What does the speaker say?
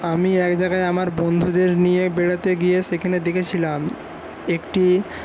আমি একজায়গায় আমার বন্ধুদের নিয়ে বেড়াতে গিয়ে সেখানে দেখেছিলাম একটি